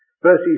verses